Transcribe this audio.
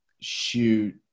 shoot